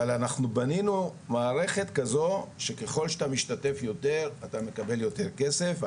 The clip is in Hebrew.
אבל אנחנו בנינו מערכת כזו שככל שאתה משתתף יותר אתה מקבל יותר כסף.